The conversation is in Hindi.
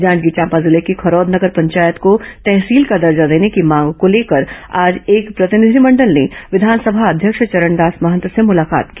जांजगीर चांपा जिले की खरौद नगर पंचायत को तहसील का दर्जा देने की मांग को लेकर आज एक प्रतिनिधिमंडल ने विधानसभा अध्यक्ष चरणदास महंत से मुलाकात की